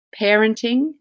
parenting